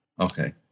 Okay